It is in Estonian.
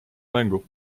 mängu